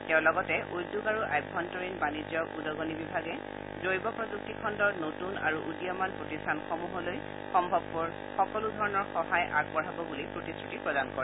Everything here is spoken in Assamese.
তেওঁ লগতে উদ্যোগ আৰু অভ্যন্তৰীণ বাণিজ্য উদগনি বিভাগে জৈৱ প্ৰযুক্তিখণ্ডৰ নতৃন আৰু উদীয়মান প্ৰতিষ্ঠানসমূহলৈ সম্ভৱপৰ সকলো ধৰণৰ সহায় আগবঢ়াব বুলি প্ৰতিশ্ৰুতি প্ৰদান কৰে